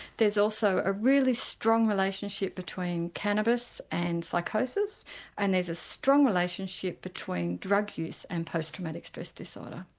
there's also a really strong relationship between cannabis and psychosis and there's a strong relationship between drug use and post traumatic stress disorder.